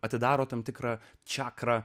atidaro tam tikrą čakrą